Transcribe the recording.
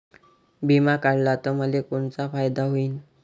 बिमा काढला त मले कोनचा फायदा होईन?